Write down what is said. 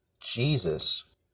Jesus